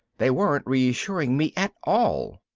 they weren't reassuring me at all.